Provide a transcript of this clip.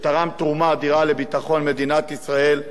שתרם תרומה אדירה לביטחון מדינת ישראל,